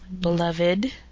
Beloved